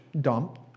dump